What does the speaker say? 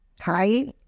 Hi